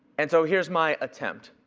and so, here's my attempt.